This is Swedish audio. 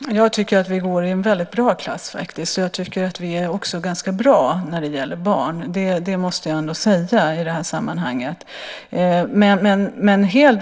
Herr talman! Jag tycker att vi går i en väldigt bra klass. Jag tycker också att vi är ganska bra när det gäller barn. Det måste jag ändå säga i det här sammanhanget.